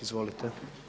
Izvolite.